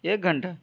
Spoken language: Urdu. ایک گھنٹہ